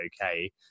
okay